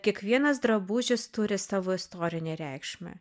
kiekvienas drabužis turi savo istorinę reikšmę